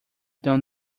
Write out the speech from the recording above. done